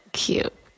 cute